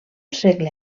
segle